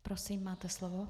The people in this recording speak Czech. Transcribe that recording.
Prosím, máte slovo.